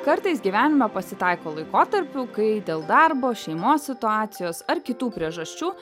kartais gyvenime pasitaiko laikotarpių kai dėl darbo šeimos situacijos ar kitų priežasčių